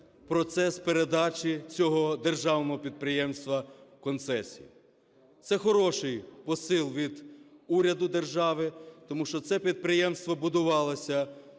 процес передачі цього державного підприємства в концесію. Це хороший посил від уряду держави, тому що це підприємство будувалося